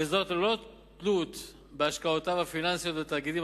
וזאת ללא תלות בהשקעותיו הפיננסיות בתאגידים